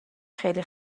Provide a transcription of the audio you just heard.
خیلی